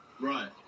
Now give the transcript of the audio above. right